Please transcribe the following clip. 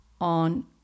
on